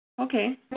Okay